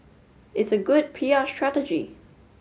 it's a good P R strategy